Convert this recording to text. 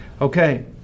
Okay